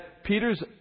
Peter's